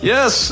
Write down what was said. Yes